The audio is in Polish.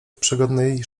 przygodnej